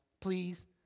please